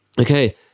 Okay